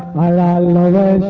la la la